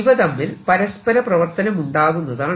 ഇവ തമ്മിൽ പരസ്പര പ്രവർത്തനമുണ്ടാകുന്നതാണ്